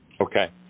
Okay